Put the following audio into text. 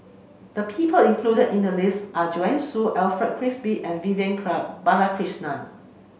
the people included in the list are Joanne Soo Alfred Frisby and Vivian Club Balakrishnan